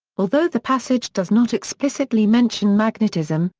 although the passage does not explicitly mention magnetism,